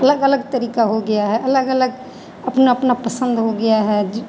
अलग अलग तरीका हो गया है अलग अलग अपना अपना पसंद हो गया है जो